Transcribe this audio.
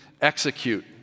execute